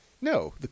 no